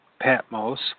Patmos